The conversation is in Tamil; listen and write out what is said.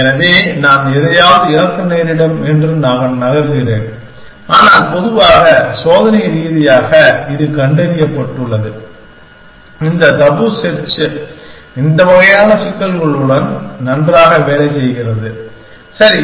எனவே நான் எதையாவது இழக்க நேரிடும் என்று நான் நகர்கிறேன் ஆனால் பொதுவாக சோதனை ரீதியாக இது கண்டறியப்பட்டுள்ளது இந்த தபு செர்ச் இந்த வகையான சிக்கல்களுடன் நன்றாக வேலை செய்கிறது சரி